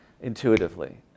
intuitively